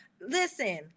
Listen